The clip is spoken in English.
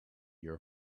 your